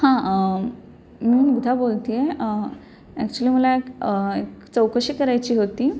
हां मी मुग्धा बोलते आहे ॲक्च्युली मला एक एक चौकशी करायची होती